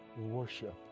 worship